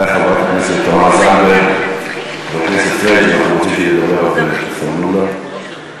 סגן השר מיקי לוי,